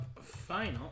final